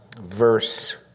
verse